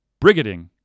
brigading